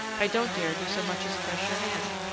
i don't dare do so much as press your hand!